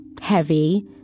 heavy